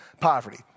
poverty